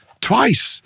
Twice